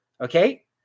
Okay